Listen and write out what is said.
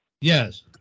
Yes